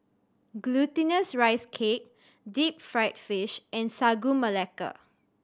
Glutinous Rice Cake deep fried fish and Sagu Melaka